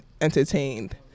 entertained